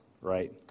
right